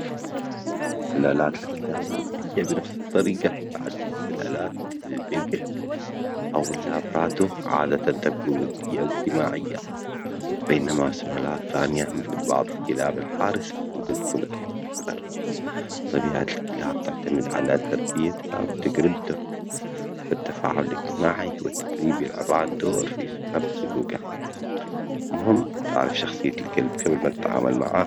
مو كل سلالات الكلاب ودية بنفس الطريجة، بعض السلالات مثل البيجل أو اللبراتو عادة تكون ودية واجتماعية، بينما سلالات ثانية مثل بعض الكلاب الحارسة ممكن تكون أكثر حذر، فبيئة الكلاب تعتمد على تربيتها و تجربتها، فالتفاعل الاجتماعي والتدريب يلعبان دور في فهم سلوكه، المهم تعرف شخصية الكلب جبل أن تتعامل معاه.